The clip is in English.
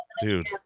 dude